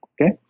Okay